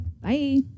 Bye